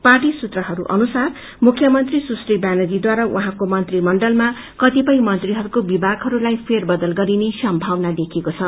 party सूत्रहरू अनुसार मुख्यमंत्री सुश्री व्यानर्जीद्वार उहाँको मंत्रीमण्डलमा कतिपय मैत्रीहरूका विभागहरूलाई फेर बदल गरिने सम्भावना देखिएको छ